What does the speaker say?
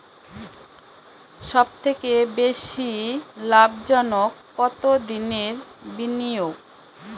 সবথেকে বেশি লাভজনক কতদিনের বিনিয়োগ?